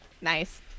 Nice